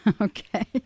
Okay